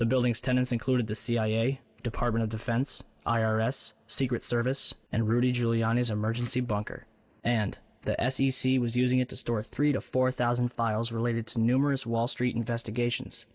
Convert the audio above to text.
the buildings tenants include the cia department of defense i r s secret service and rudy giuliani as emergency bunker and the f c c was using it to store three to four thousand files related to numerous wall street investigations